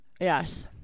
Yes